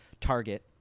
Target